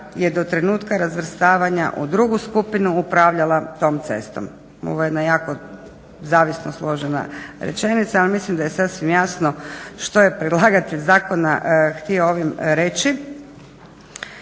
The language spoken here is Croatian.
je do trenutka razvrstavanja u drugu skupinu upravljala tom cestom. Ovo je jedna jako zavisno složena rečenica, ali mislim da je sasvim jasno što je predlagatelj zakona ovime htio reći.